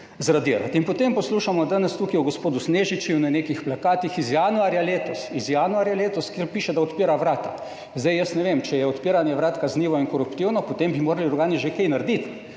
zradirati? In potem poslušamo danes tukaj o gospodu Snežiču na nekih plakatih iz januarja letos, - iz januarja letos -, kjer piše, da odpira vrata. Zdaj, jaz ne vem, če je odpiranje vrat kaznivo in koruptivno, potem bi morali organi **58.